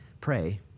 Pray